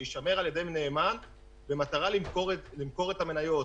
שיישמר על ידי נאמן במטרה למכור את המניות,